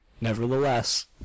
nevertheless